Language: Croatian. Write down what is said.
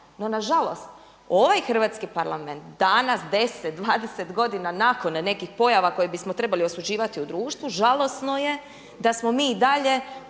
No nažalost, ovaj hrvatski Parlament danas 10, 20 godina nakon nekih pojava koje bismo trebali osuđivati u društvu žalosno je da smo mi i dalje